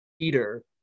Peter